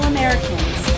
Americans